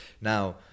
now